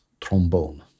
trombone